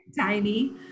Tiny